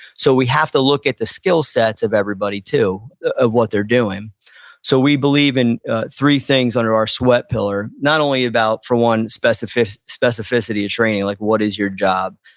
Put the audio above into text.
so, we have to look at the skillsets of everybody too of what they're doing so, we believe in three things under our sweat pillar. not only about, for one, specificity of training, like what is your job.